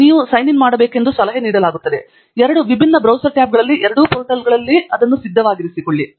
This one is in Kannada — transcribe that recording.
ನೀವು ಸೈನ್ ಇನ್ ಮಾಡಬೇಕೆಂದು ಸಲಹೆ ನೀಡಲಾಗುತ್ತದೆ ಎರಡು ವಿಭಿನ್ನ ಬ್ರೌಸರ್ ಟ್ಯಾಬ್ಗಳಲ್ಲಿ ಎರಡೂ ಪೋರ್ಟಲ್ಗಳಲ್ಲಿ ಮತ್ತು ಅದನ್ನು ಸಿದ್ಧವಾಗಿರಿಸಿಕೊಳ್ಳಿ